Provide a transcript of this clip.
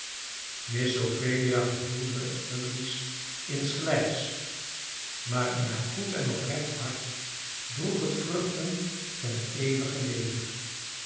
miss ophelia gevoelde het verlies insgelijks maar in haar goed en oprecht hart droeg het vruchten ten eeuwigen leven